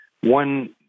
one—